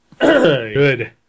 Good